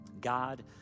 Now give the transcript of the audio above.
God